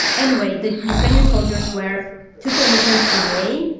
anyway, the ukrainian soldiers were two kilometers away.